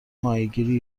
ماهیگیری